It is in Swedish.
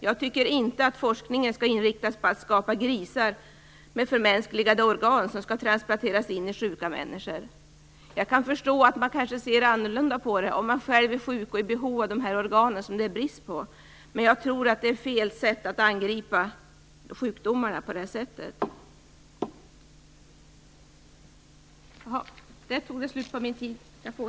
Jag tycker inte att forskningen skall inriktas på att skapa grisar med förmänskligade organ som skall transplanteras in i sjuka människor. Jag kan förstå att man kan se annorlunda på detta om man själv är sjuk och i behov av sådana organ som det är brist på, men jag tror att detta är fel sätt att angripa sjukdomar på.